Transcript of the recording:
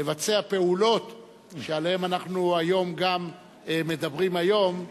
לבצע פעולות שעליהן אנחנו מדברים גם היום.